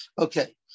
Okay